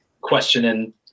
questioning